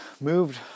moved